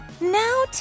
Now